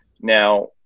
Now